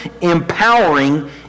empowering